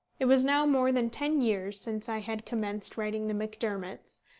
it was now more than ten years since i had commenced writing the macdermots,